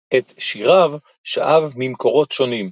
את שיריו שאב ממקורות שונים,